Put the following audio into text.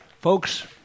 Folks